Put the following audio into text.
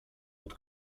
pod